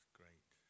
great